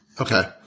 Okay